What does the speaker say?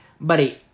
Buddy